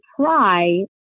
try